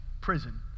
prison